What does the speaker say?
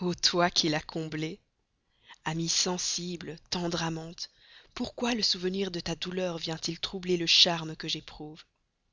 ô toi qui l'as comblé amie sensible tendre amante pourquoi le souvenir de ta douleur vient-il troubler le charme que j'éprouve